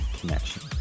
connection